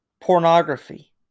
pornography